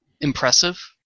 impressive